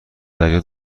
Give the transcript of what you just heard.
دریا